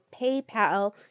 PayPal